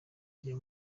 rya